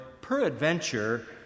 peradventure